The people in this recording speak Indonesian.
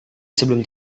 sebelum